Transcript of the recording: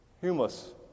humus